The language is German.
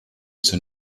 zur